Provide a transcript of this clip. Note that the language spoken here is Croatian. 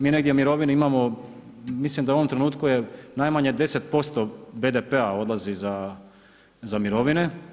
Mi negdje mirovinu imamo, mislim da u ovom trenutku je najmanje 10% BDP-a odlazi za mirovine.